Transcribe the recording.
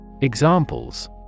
Examples